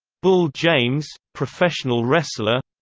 bull james, professional wrestler